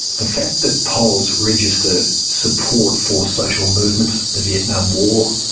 the fact that polls register support for social movements, the vietnam war,